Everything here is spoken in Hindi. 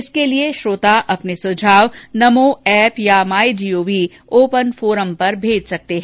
इसके लिये श्रोता अपने सुझाव नमो एप या माई जीओवी ओपर फोरम पर भेज सकते हैं